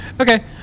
okay